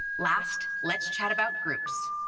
last, let's chat about groups.